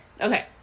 okay